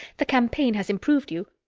the campaign has improved you.